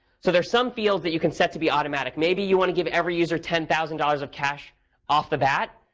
so there's some field that you can set to be automatic. maybe you want to give every user ten thousand dollars of cash off the bat.